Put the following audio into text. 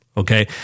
Okay